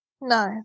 No